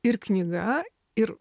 ir knyga ir